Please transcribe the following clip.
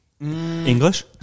English